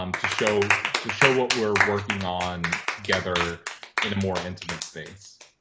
um to show to show what we're working on together in a more intimate space.